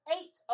Eight